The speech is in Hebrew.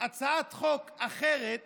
הצעת חוק אחרת